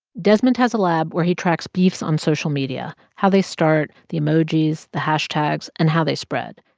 desmond has a lab where he tracks beefs on social media how they start, the emojis, the hashtags and how they spread.